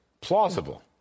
plausible